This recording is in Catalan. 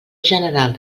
general